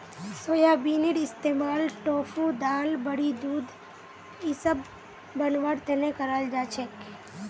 सोयाबीनेर इस्तमाल टोफू दाल बड़ी दूध इसब बनव्वार तने कराल जा छेक